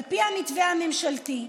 קצת על המתווה, על פי המתווה הממשלתי,